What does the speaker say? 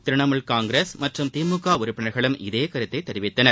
திரிணாமூல் காங்கிரஸ் மற்றும் திமுக உறுப்பினர்களும் இதே கருத்தை தெரிவித்தனர்